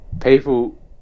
people